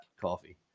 coffee